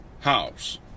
House